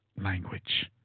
language